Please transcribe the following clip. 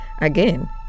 again